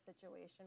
situation